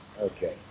Okay